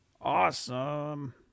awesome